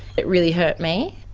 it really hurt me.